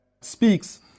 speaks